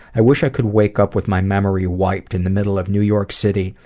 i wish i could wake up with my memory wiped, in the middle of new york city,